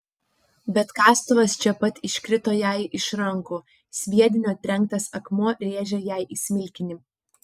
bet kastuvas čia pat iškrito jai iš rankų sviedinio trenktas akmuo rėžė jai į smilkinį